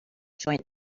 joint